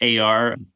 AR